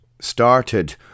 started